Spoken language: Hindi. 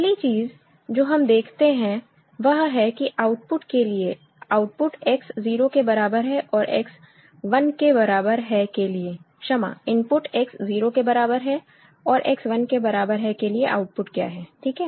पहली चीज जो हम देखते हैं वह है कि आउटपुट के लिए आउटपुट X 0 के बराबर है और X 1 के बराबर है के लिए क्षमा इनपुट X 0 के बराबर है और X 1 के बराबर है के लिए आउटपुट क्या है ठीक है